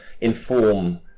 inform